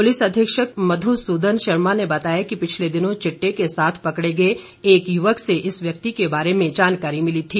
police अधीक्षक मधुसूदन शर्मा ने बताया कि पिछले दिनों चिट्टे के साथ पकड़े गए एक युवक से इस व्यक्ति के बारे में जानकारी मिली थी